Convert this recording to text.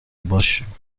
باشیم